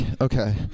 Okay